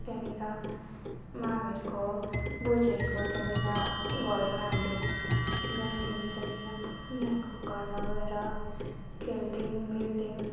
त्यहाँनिर मामहरूको बजूहरूको त्यहाँनिर घरमा हामी जान्थ्यौँ त्यहाँनिर उनीहरूको घरमा गएर खेल्थ्यौँ मिल्थ्यौँ